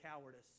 cowardice